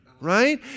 right